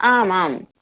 आम् आम्